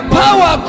power